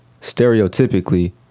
stereotypically